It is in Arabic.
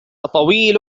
طويل